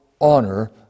honor